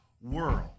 world